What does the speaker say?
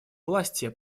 власти